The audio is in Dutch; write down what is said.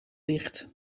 dicht